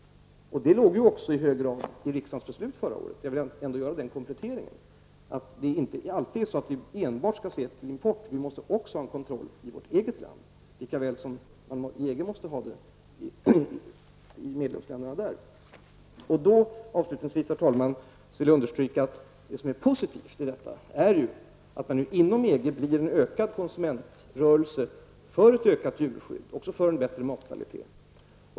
Det låg också i hög grad i riksdagens beslut förra året. Jag vill ändå göra den kompletteringen att vi inte alltid enbart skall se till importen, utan vi måste också ha en kontroll i vårt eget land, lika väl som EGs medlemsländer måste ha det. Jag vill understryka att det som är positivt är att man inom EG har en konsumentrörelse för ett ökat djurskydd och för en bättre matkvalitet.